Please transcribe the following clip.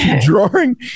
drawing